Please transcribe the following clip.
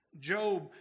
Job